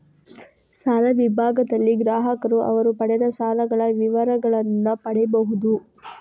ಸಾಲ ವಿಭಾಗದಲ್ಲಿ ಗ್ರಾಹಕರು ಅವರು ಪಡೆದ ಸಾಲಗಳ ವಿವರಗಳನ್ನ ಪಡೀಬಹುದು